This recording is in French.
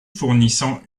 fournissant